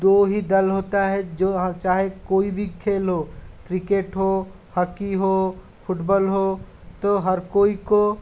दो ही दल होता है जो चाहे कोई भी खेल हो क्रिकेट हॉकी हो फुटबॉल हो तो हर कोई को